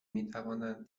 میتوانند